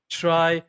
try